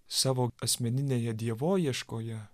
savo asmeninėje dievoieškoje